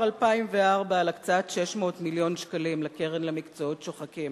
2004 על הקצאת 600 מיליון שקלים לקרן למקצועות שוחקים.